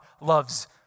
loves